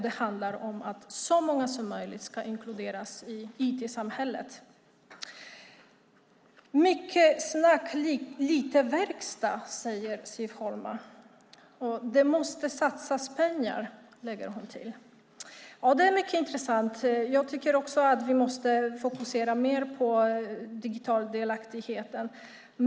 Det handlar om att så många som möjligt ska inkluderas i IT-samhället. Mycket snack och lite verkstad, säger Siv Holma. Det måste satsas pengar, lägger hon till. Det är mycket intressant. Jag tycker också att vi måste fokusera mer på digital delaktighet.